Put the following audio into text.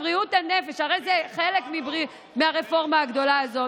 הרי זה חלק מהרפורמה הגדולה הזו,